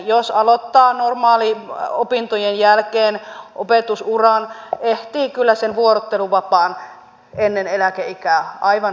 jos aloittaa normaaliopintojen jälkeen opetusuran ehtii kyllä sen vuorotteluvapaan ennen eläkeikää aivan hyvin käyttää